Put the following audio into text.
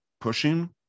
pushing